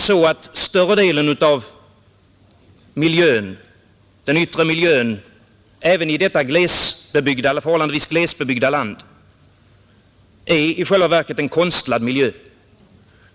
Större delen av den yttre miljön även i detta förhållandevis glesbebyggda land är i själva verket en konstlad miljö.